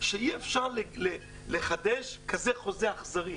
שאי אפשר לחדש כזה חוזה אכזרי,